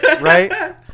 Right